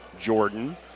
Jordan